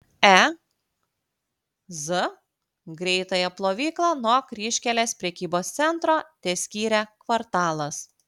e z greitąją plovyklą nuo kryžkelės prekybos centro teskyrė kvartalas